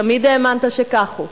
תמיד האמנת שכך הוא,